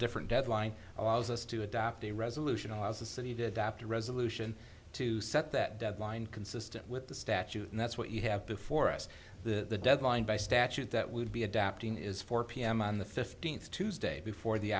different deadline allows us to adopt a resolution allows the city to adopt a resolution to set that deadline consistent with the statute and that's what you have before us the deadline by statute that would be adapting is four pm on the fifteenth tuesday before the